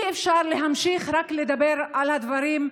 אי-אפשר להמשיך רק לדבר על הדברים,